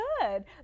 good